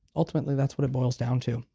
ultimately, that's what it boils down to.